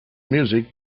music